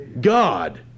God